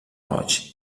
roig